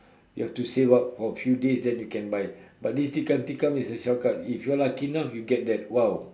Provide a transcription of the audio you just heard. you have to save up for a few days then you can buy but this tikam tikam is a short cut if you're lucky enough you get that !wow!